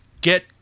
get